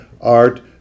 art